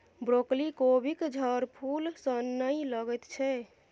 broccoli कोबीक झड़फूल सन नहि लगैत छै